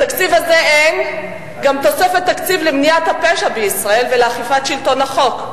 בתקציב הזה גם אין תוספת תקציב למניעת הפשע בישראל ולאכיפת שלטון החוק.